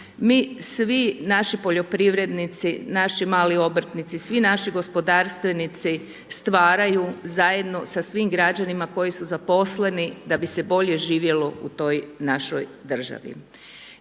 mi svi naši poljoprivrednici, naši mali obrtnici, svi naši gospodarstvenici stvaraju zajedno sa svim građanima koji su zaposleni da bi se bolje živjelo u toj našoj državi.